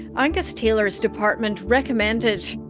angus taylor's department recommended